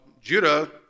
Judah